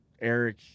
Eric